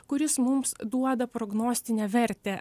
kuris mums duoda prognostinę vertę